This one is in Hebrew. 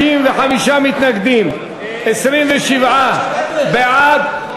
55 מתנגדים, 27 בעד.